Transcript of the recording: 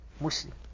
Muslim